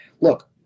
look